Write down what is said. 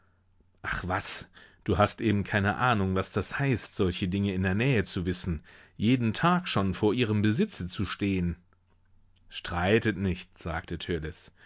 ach was du hast eben keine ahnung was das heißt solche dinge in der nähe zu wissen jeden tag schon vor ihrem besitze zu stehen streitet nicht sagte